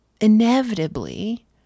inevitably